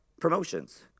promotions